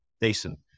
decent